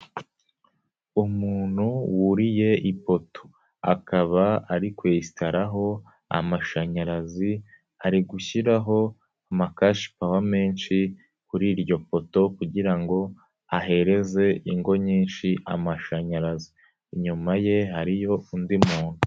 Umuntu wuriye ipoto akaba ari kwesitaraho amashanyarazi, ari gushyiraho amakashipawa menshi kuri iryo foto kugira ngo ahereze ingo nyinshi amashanyarazi, inyuma ye hariyo undi muntu.